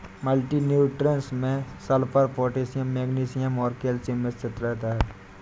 multi nutrients में sulphur, potassium magnesium और calcium मिश्रित रहता है